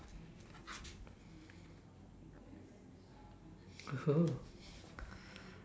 !oho!